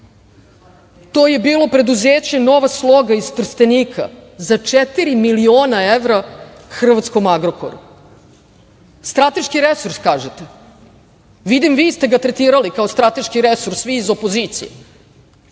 To je bilo preduzeće „Nova sloga“ iz Trstenika, za četiri miliona evra hrvatskom „Agrokoru“.Strateški resurs kažete? Vidim vi ste ga tretirali kao strateški resurs, vi iz opozicije,